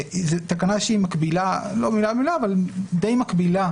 תקנה שהיא מקבילה לא מילה במילה אבל די מקבילה